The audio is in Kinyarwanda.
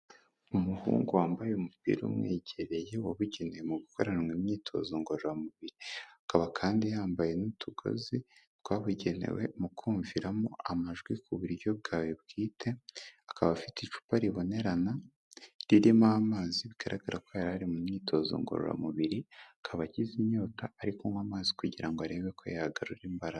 Umuhungu wambaye umupira umwegereye wabugenewe mu gukoranwa imyitozo ngororamubiri, akaba kandi yambaye n'utugozi twabugenewe mu kumviramo amajwi ku buryo bwawe bwite, akaba afite icupa ribonerana ririmo amazi, bigaragara ko yari ari mu myitozo ngororamubiri, akaba agize inyota ari kunywa amazi kugira ngo arebe ko yagarura imbaraga.